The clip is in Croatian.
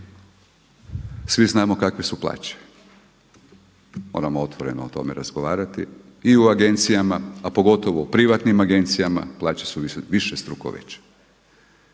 Svi znamo kolike su plaće, moramo otvoreno o tome razgovarati i u agencijama a pogotovo u privatnim agencijama plaće su višestruko veće.